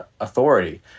authority